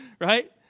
Right